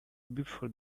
before